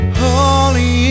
holy